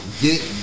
get